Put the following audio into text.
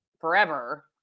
forever